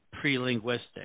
pre-linguistic